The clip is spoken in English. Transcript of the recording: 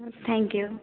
thank you